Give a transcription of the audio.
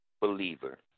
believer